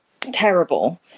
terrible